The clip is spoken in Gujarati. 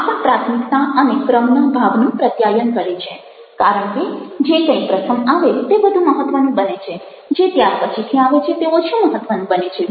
આ પણ પ્રાથમિકતા અને ક્રમના ભાવનું પ્રત્યાયન કરે છે કારણ કે જે કંઈ પ્રથમ આવે તે વધુ મહત્ત્વનું બને છે જે ત્યાર પછીથી આવે છે તે ઓછું મહત્ત્વનું છે